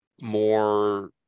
more